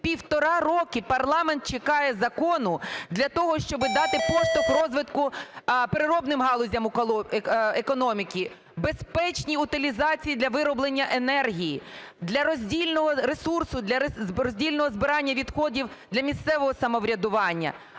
Півтора роки парламент чекає закону для того, щоб дати поштовх розвитку переробним галузям економіки, безпечній утилізації, для вироблення енергії, для роздільного ресурсу, для роздільного збирання відходів для місцевого самоврядування.